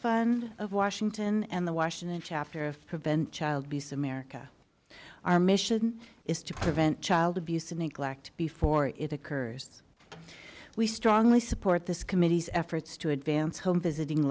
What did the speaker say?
fund of washington and the washington chapter of prevent child abuse america our mission is to prevent child abuse and neglect before it occurs we strongly support this committee's efforts to advance home visiting